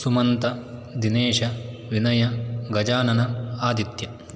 Sumant Dinesh Vinay Gajanan Aditya